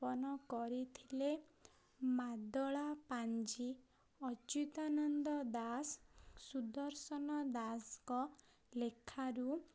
ପଣ କରିଥିଲେ ମାଦଳା ପାାଞ୍ଜି ଅଚ୍ୟୁତାନନ୍ଦ ଦାସ ସୁଦର୍ଶନ ଦାସଙ୍କ ଲେଖାରୁ